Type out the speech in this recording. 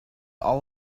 all